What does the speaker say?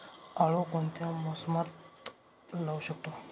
आळू कोणत्या मोसमात लावू शकतो?